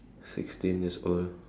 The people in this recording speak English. sixteen years old